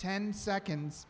ten seconds